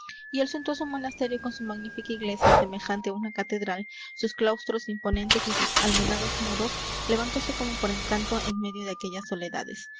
y el suntuoso monasterio con su magnífica iglesia semejante á una catedral sus claustros imponentes y sus almenados muros levantóse como por encanto en medio de aquellas soledades